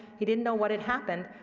he didn't know what had happened.